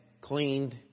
cleaned